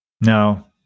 Now